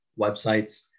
websites